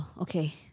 okay